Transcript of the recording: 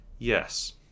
Yes